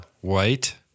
White